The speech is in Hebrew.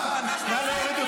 עודה.